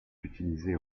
utilisé